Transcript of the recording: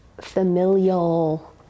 familial